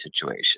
situation